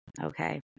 Okay